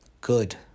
good